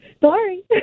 Sorry